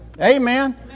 Amen